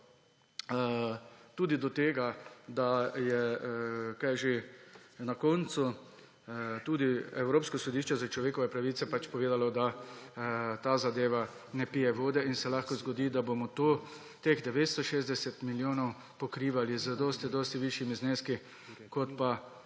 tudi do tega, da je na koncu tudi Evropsko sodišče za človekove pravice povedalo, da ta zadeva ne pije vode. Lahko se zgodi, da bomo teh 960 milijonov pokrivali z dosti dosti višjimi zneski, kot pa